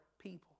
people